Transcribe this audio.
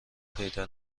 پیدا